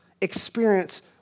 experience